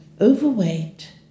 Overweight